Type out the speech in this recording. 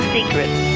Secrets